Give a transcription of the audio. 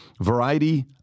Variety